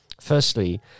Firstly